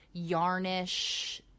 yarnish